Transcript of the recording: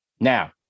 Now